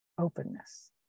openness